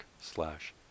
slash